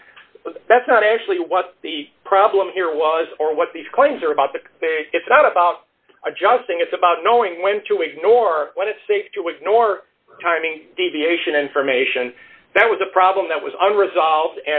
it but that's not actually what the problem here was or what these claims are about but it's not about adjusting it's about knowing when to ignore when it's safe to ignore timing deviation information that was a problem that was under resolved